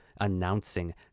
announcing